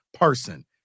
person